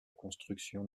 construction